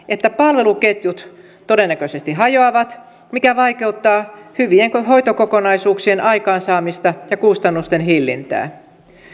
että palveluketjut todennäköisesti hajoavat mikä vaikeuttaa hyvien hoitokokonaisuuksien aikaansaamista ja kustannusten hillintää